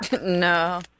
No